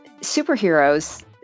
superheroes